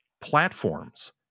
platforms